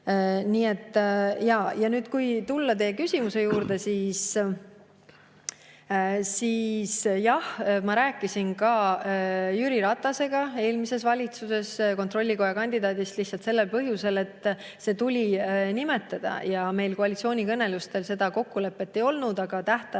kõigile. Kui tulla teie küsimuse juurde, siis jah, ma rääkisin ka Jüri Ratasega eelmises valitsuses kontrollikoja kandidaadist, lihtsalt sellel põhjusel, et see tuli nimetada ja meil koalitsioonikõnelustel seda kokkulepet ei olnud, aga tähtajad